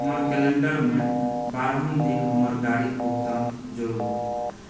हमर कैलेंडर मे बारहम दिन हमर गाड़ीक भुगतान जोड़ू